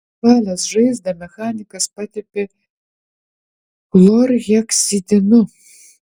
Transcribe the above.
išvalęs žaizdą mechanikas patepė chlorheksidinu